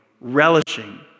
relishing